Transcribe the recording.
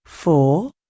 Four